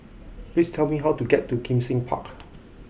please tell me how to get to Kim Seng Park